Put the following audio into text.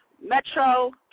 Metro